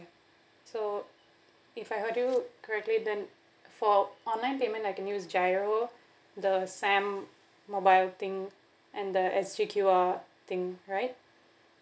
so if I heard you correctly then for online payment I can use GIRO the SAM mobile thing and the S G Q_R thing right